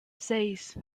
seis